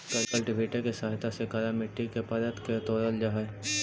cultivator के सहायता से कड़ा मट्टी के परत के तोड़ल जा हई